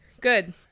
Good